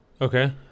Okay